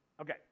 Okay